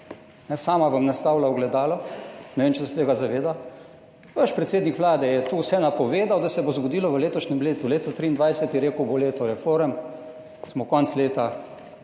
Sama vam nastavlja ogledalo, ne vem, če se tega zaveda. Vaš predsednik Vlade je to vse napovedal, da se bo zgodilo v letošnjem letu, leto 2023, je rekel, bo leto reform, je konec leta,